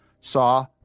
saw